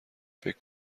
فکر